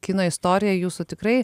kino istorija jūsų tikrai